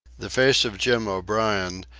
the face of jim o'brien,